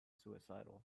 suicidal